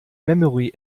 memory